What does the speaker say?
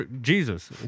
Jesus